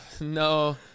no